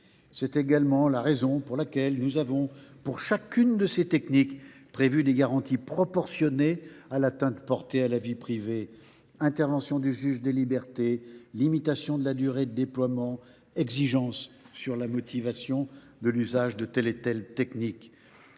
C’est également la raison pour laquelle nous avons, pour chacune de ces techniques, prévu des garanties proportionnées à l’atteinte portée à la vie privée : intervention du juge des libertés et de la détention, limitation de la durée de déploiement, exigences sur la motivation de l’usage de telle ou telle technique.